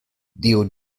dio